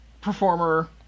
performer